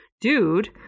dude